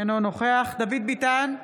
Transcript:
אינו נוכח דוד ביטן,